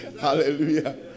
Hallelujah